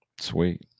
sweet